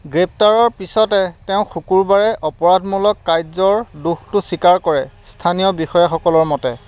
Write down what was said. গ্ৰেপ্তাৰৰ পিছতে তেওঁ শুকুৰবাৰে অপৰাধমূলক কাৰ্য্যৰ দোষটো স্বীকাৰ কৰে স্থানীয় বিষয়াসকলৰ মতে